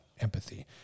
empathy